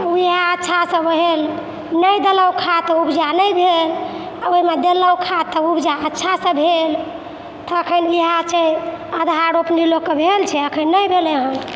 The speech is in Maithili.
तऽ वएह अच्छासँ भेल नहि देलौँ खाद तऽ उपजा नहि भेल आओर ओहिमे देलौँ खाद तऽ उपजा अच्छासँ भेल तखन इएह छै आधा रोपनी लोकके भेल छै एखन नहि भेलै हँ